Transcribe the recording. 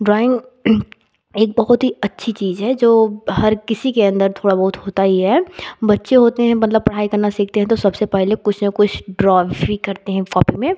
drawing एक बहुत ही अच्छी चीज़ है जो हर किसी के अंदर थोड़ा बहुत होता ही है बच्चे होते हैं मतलब पढ़ाई करना सीखते हैं तो सबसे पहले कुछ ना कुछ ड्रॉ ही करते हैं कॉपी में